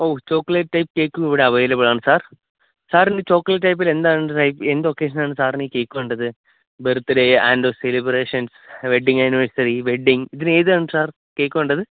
ഓ chocolate type കേക്കും ഇവിടെ available ആണ് സാര് സാറിന് ചോക്ലേറ്റ് ടൈപ്പില് എന്താണ് ടൈപ്പ് എന്ത് ഒക്കേഷനാണ് സാറിന് ഈ കേക്ക് വേണ്ടത് birthday and celebration wedding anniversary wedding ഇതിന് ഏതാണ് സാര് കേക്ക് വേണ്ടത്